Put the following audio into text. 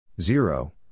Zero